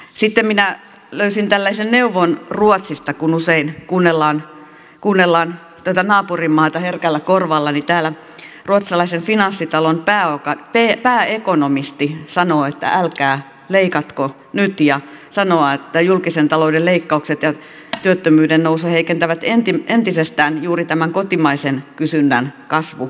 sitten minä löysin tällaisen neuvon ruotsista kun usein kuunnellaan tätä naapurimaata herkällä korvalla että täällä ruotsalaisen finanssitalon pääekonomisti sanoo että älkää leikatko nyt ja että julkisen talouden leikkaukset ja työttömyyden nousu heikentävät entisestään juuri kotimaisen kysynnän kasvuedellytyksiä